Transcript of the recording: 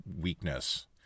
weakness